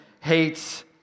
hates